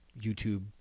YouTube